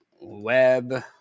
web